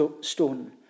stone